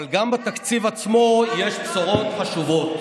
אבל גם בתקציב עצמו יש בשורות חשובות.